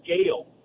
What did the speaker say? scale